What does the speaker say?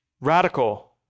radical